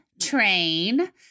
train